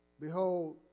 Behold